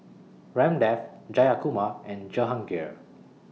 Ramdev Jayakumar and Jehangirr